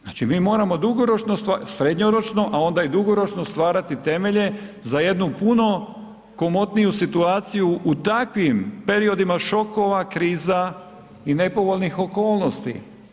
Znači mi moramo dugoročno, srednjoročno a onda i dugoročno stvarati temelje za jedno puno komotniju situaciju u takvim periodima šokovima, kriza i nepovoljnih okolnosti.